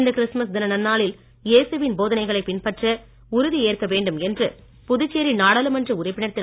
இந்த கிறிஸ்துமஸ் தின நன்னாளில் ஏசுவின் போதனைகளை பின்பற்ற உறுதி ஏற்க வேண்டும் என்று புதுச்சேரி நாடாளுமன்ற உறுப்பினர் திரு